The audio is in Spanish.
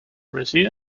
reside